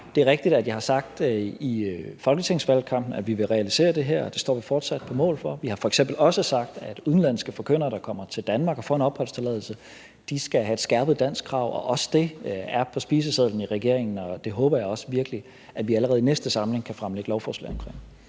Det er rigtigt, at jeg har sagt under folketingsvalgkampen, at vi vil realisere det her. Det står vi fortsat på mål for. Vi har f.eks. også sagt, at udenlandske forkyndere, der kommer til Danmark og får en opholdstilladelse, skal have et skærpet danskkrav, og også det er på regeringens spiseseddel. Og det håber jeg virkelig at vi allerede i næste folketingssamling kan fremsætte et lovforslag om.